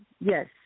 Yes